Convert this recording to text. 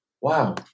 Wow